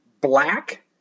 black